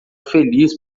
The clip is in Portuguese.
feliz